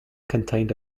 contained